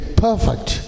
perfect